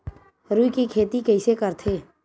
रुई के खेती कइसे करथे?